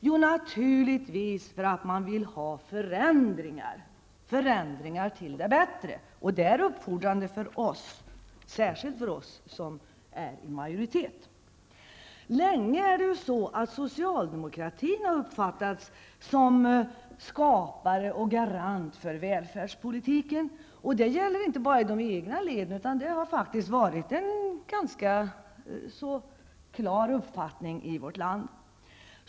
Jo, naturligtvis för att man vill ha förändringar -- förändringar till det bättre. Det är uppfordrande för oss, och särskilt för oss som är i majoritet. Länge har det ju varit så att socialdemokratin har uppfattats som skapare av och garant för välfärdspolitiken. Det gäller inte bara inom de egna leden, utan det har faktiskt varit en ganska klar uppfattning.